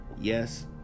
Yes